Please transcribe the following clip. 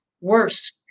worse